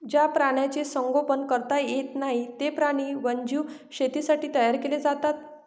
ज्या प्राण्यांचे संगोपन करता येत नाही, ते प्राणी वन्यजीव शेतीसाठी तयार केले जातात